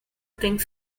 think